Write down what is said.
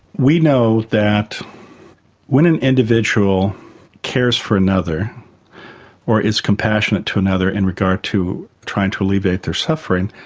we know that when an individual cares for another or is compassionate to another in regard to trying to alleviate their suffering,